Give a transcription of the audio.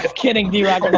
kidding d rock,